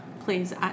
please